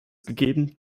gegeben